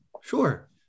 Sure